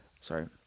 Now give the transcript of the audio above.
sorry